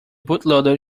bootloader